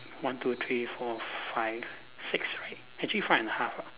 one two three four five six actually five and a half lah